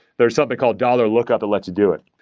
there's something called dollar look up that lets you do it.